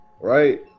right